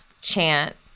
chant